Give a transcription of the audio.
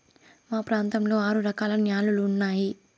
మా ప్రాంతంలో ఆరు రకాల న్యాలలు ఉన్నాయి